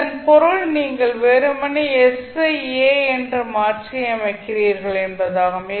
இதன் பொருள் நீங்கள் வெறுமனே s ஐ a என்று மாற்றியமைக்கிறீர்கள் என்பதாகும்